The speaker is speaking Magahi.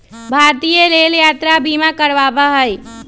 भारतीय रेल यात्रा बीमा करवावा हई